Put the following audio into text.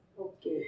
Okay